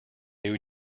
new